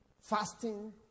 fasting